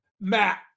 Matt